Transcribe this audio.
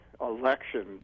election